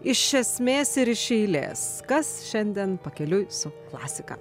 iš esmės ir iš eilės kas šiandien pakeliui su klasika